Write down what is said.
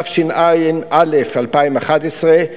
התשע"א 2011,